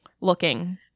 looking